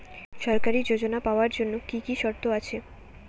সরকারী যোজনা পাওয়ার জন্য কি কি শর্ত আছে?